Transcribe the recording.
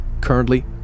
currently